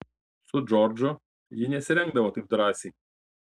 su džordžu ji nesirengdavo taip drąsiai